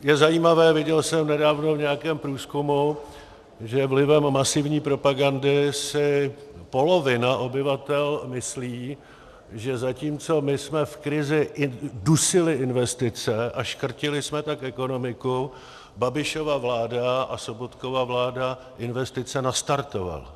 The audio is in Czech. Je zajímavé, viděl jsem nedávno v nějakém průzkumu, že vlivem masivní propagandy si polovina obyvatel myslí, že zatímco my jsme v krizi dusili investice a škrtili jsme tak ekonomiku, Babišova vláda a Sobotkova vláda investice nastartovala.